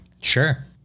Sure